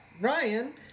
Ryan